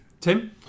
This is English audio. Tim